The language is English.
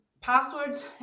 Passwords